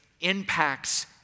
impacts